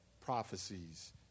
prophecies